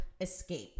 escape